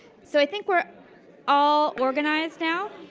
so i think we're all organized now.